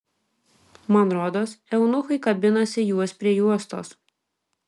man rodos eunuchai kabinasi juos prie juostos